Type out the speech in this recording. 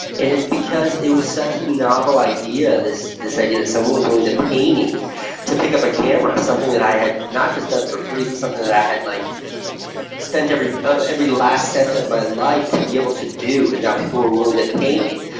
and it's because it was such a novel idea, this this idea that someone was willing to pay me to pick up a camera, something that i had not just done for free, but something that i had like spent every ah every last cent of my life to be able to do, and now people were willing to pay me.